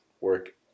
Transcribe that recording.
work